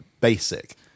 basic